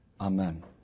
Amen